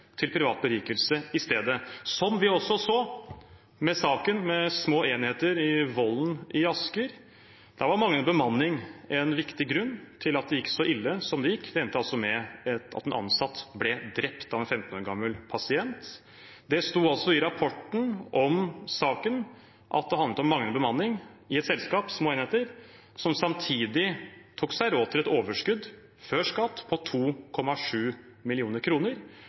til privat berikelse i stedet. Det så vi også i saken ved Små Enheter i Vollen i Asker. Der var manglende bemanning en viktig grunn til at det gikk så ille som det gikk. Det endte altså med at en ansatt ble drept av en 15 år gammel pasient. Det sto i rapporten om saken at det handlet om manglende bemanning i et selskap, Små Enheter, som samtidig tok seg råd til et overskudd før skatt på 2,7